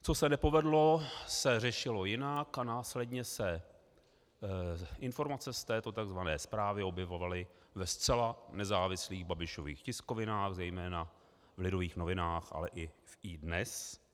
Co se nepovedlo, se řešilo jinak a následně se informace z této tzv. zprávy objevovaly ve zcela nezávislých Babišových tiskovinách, zejména Lidových novinách, ale i v iDNES.